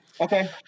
Okay